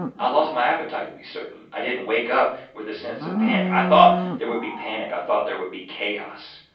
i lost my appetite to be certain. i didn't wake up with a sense of panic. i thought there would be panic, i thought there would be chaos